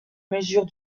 mesure